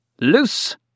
Loose